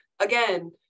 again